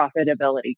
profitability